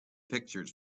pictures